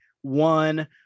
one